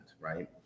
right